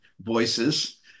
voices